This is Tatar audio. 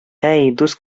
дус